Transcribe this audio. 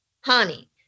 honey